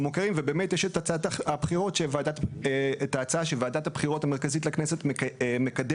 מוכרים ובאמת יש את ההצעה של וועדת הבחירות המרכזית לכנסת מקדמת,